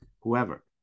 whoever